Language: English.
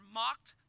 mocked